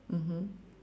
mmhmm